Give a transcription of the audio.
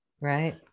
right